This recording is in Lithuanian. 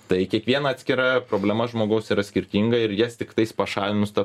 tai kiekviena atskira problema žmogaus yra skirtinga ir jas tiktais pašalinus ta